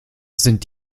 sind